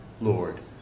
Lord